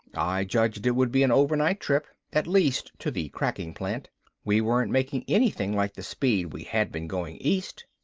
i judged it would be an overnight trip, at least to the cracking plant we weren't making anything like the speed we had been going east.